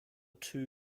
two